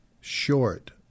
short